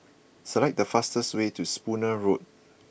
select the fastest way to Spooner Road